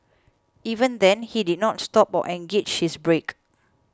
even then he did not stop or engaged his brake